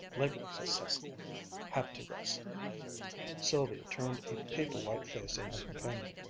labor so cessive had to rest sylvia turned a paper-white face on her companion.